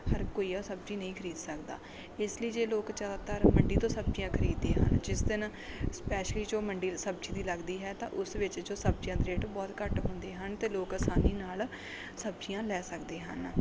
ਹਰ ਕੋਈ ਆ ਸਬਜ਼ੀ ਨਹੀਂ ਖਰੀਦ ਸਕਦਾ ਇਸ ਲਈ ਜੇ ਲੋਕ ਜ਼ਿਆਦਾਤਰ ਮੰਡੀ ਤੋਂ ਸਬਜ਼ੀਆਂ ਖਰੀਦਦੇ ਹਨ ਜਿਸ ਦਿਨ ਸਪੈਸ਼ਲੀ ਜੋ ਮੰਡੀ ਦੀ ਸਬਜ਼ੀ ਦੀ ਲੱਗਦੀ ਹੈ ਤਾਂ ਉਸ ਵਿੱਚ ਜੋ ਸਬਜ਼ੀਆਂ ਦੇ ਰੇਟ ਬਹੁਤ ਘੱਟ ਹੁੰਦੇ ਹਨ ਅਤੇ ਲੋਕ ਆਸਾਨੀ ਨਾਲ ਸਬਜ਼ੀਆਂ ਲੈ ਸਕਦੇ ਹਨ